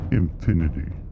infinity